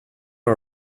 all